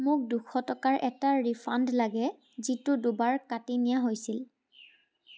মোক দুশ টকাৰ এটা ৰিফাণ্ড লাগে যিটো দুবাৰ কাটি নিয়া হৈছিল